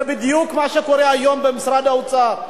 זה בדיוק מה שקורה היום במשרד האוצר.